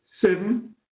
seven